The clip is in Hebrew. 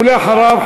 ואחריו,